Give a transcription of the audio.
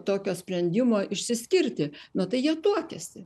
tokio sprendimo išsiskirti nu tai jie tuokiasi